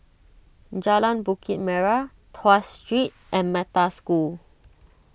Jalan Bukit Merah Tuas Street and Metta School